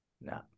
no